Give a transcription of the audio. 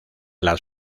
las